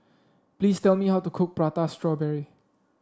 please tell me how to cook Prata Strawberry